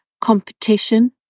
competition